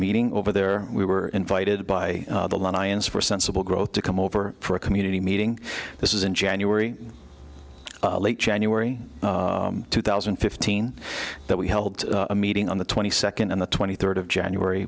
meeting over there we were invited by the lions for sensible growth to come over for a community meeting this is in january late january two thousand and fifteen that we held a meeting on the twenty second and the twenty third of january